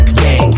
gang